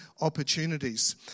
opportunities